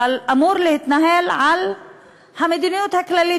אבל הוא אמור להתנהל על המדיניות הכללית